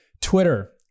Twitter